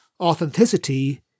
Authenticity